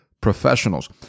professionals